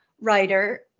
writer